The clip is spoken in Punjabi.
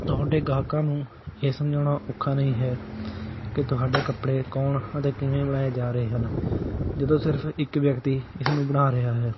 ਤੁਹਾਡੇ ਗਾਹਕਾਂ ਨੂੰ ਇਹ ਸਮਝਾਉਣਾ ਔਖਾ ਨਹੀਂ ਹੈ ਕਿ ਤੁਹਾਡੇ ਕੱਪੜੇ ਕੌਣ ਅਤੇ ਕਿਵੇਂ ਬਣਾਏ ਜਾ ਰਹੇ ਹਨ ਜਦੋਂ ਸਿਰਫ ਇੱਕ ਵਿਅਕਤੀ ਇਸ ਨੂੰ ਬਣਾ ਰਿਹਾ ਹੈ